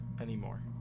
anymore